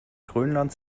grönland